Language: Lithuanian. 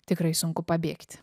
tikrai sunku pabėgt